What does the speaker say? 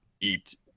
eat